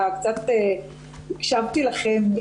הקשבתי לכם.